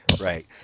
right